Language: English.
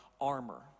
armor